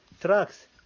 trucks